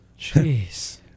Jeez